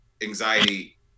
anxiety